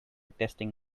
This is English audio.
testing